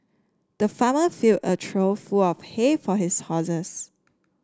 the farmer filled a trough full of hay for his horses